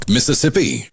Mississippi